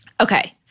Okay